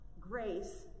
grace